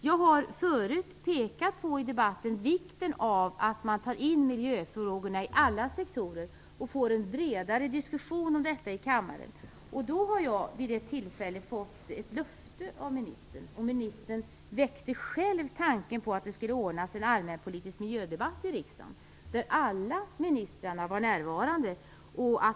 Jag har förut i debatten pekat på vikten av att man tar in miljöfrågorna i alla sektorer och får en bredare diskussion om detta i kammaren. Jag har vid ett tillfälle fått ett löfte av ministern. Ministern väckte själv tanken på att det skulle ordnas en allmänpolitisk miljödebatt i riksdagen där alla ministrarna skulle vara närvarande.